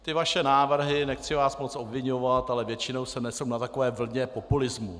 Ty vaše návrhy, nechci vás moc obviňovat, ale většinou se nesou na takové vlně populismu.